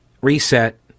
reset